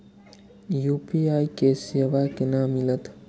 UPI के सेवा केना मिलत?